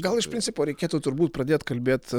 gal iš principo reikėtų turbūt pradėt kalbėt